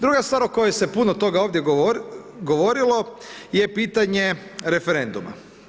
Druga stvar oko koje se puno toga ovdje govorilo je pitanje referenduma.